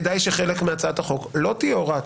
כדאי שחלק מהצעת החוק לא תהיה הוראת